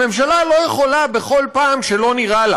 הממשלה לא יכולה בכל פעם שלא נראה לה